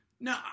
No